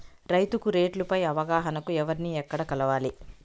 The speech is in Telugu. రైతుకు రేట్లు పై అవగాహనకు ఎవర్ని ఎక్కడ కలవాలి?